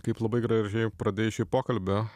kaip labai gražiai pradėjai šį pokalbį